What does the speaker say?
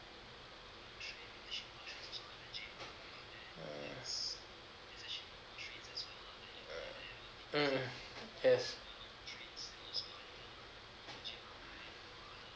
mm mm yes